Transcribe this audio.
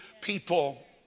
people